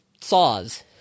saws